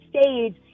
stage